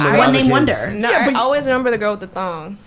one name wonder. no, i always remember the girl with the thong.